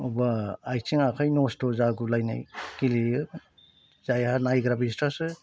अबेबा आथिं आखाइ नस्थ' जागुलायनाय गेलेयो जायहा नायग्रा बिस्रासो